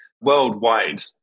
Worldwide